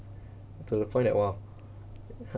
to the point that !wah!